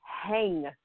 hang